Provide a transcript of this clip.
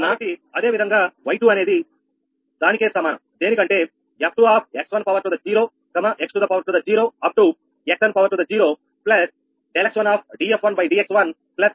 కాబట్టి అదేవిధంగా y2 అనేది దానికే సమానం దేనికంటే 𝑓2x1 x2 up to xn ∆x1df1dx1 ∆xn